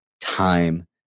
time